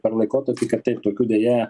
per laikotarpį kad taip tokių deja